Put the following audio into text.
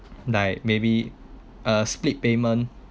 like maybe a split payment